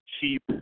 cheap